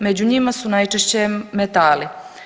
Među njima su najčešći metali.